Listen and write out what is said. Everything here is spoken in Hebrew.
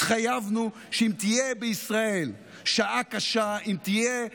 התחייבנו שאם תהיה בישראל שעה קשה, אם תהיה מלחמה,